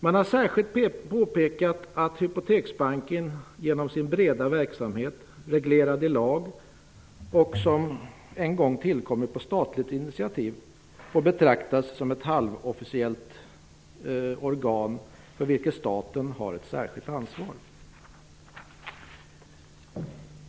Man har särskilt påpekat att Hypoteksbanken genom sin breda verksamhet, reglerad i lag som en gång tillkommit på statligt initiativ, får betraktas som ett halvofficiellt organ för vilket staten har ett särskilt ansvar.